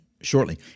shortly